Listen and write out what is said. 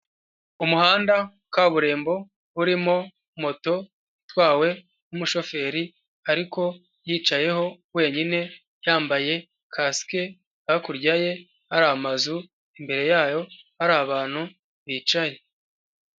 Umuhanda wa kaburimbo urimo moto itwawe n'umushoferi ariko yicayeho wenyine yambaye kasike, hakurya ye hari amazu imbere yayo hari abantu bicaye.